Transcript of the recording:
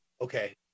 okay